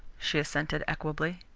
she assented equably.